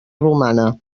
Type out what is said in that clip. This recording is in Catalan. romana